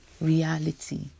reality